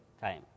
time